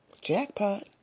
jackpot